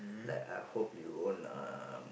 like I hope you won't um